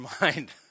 mind